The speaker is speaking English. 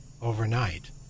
overnight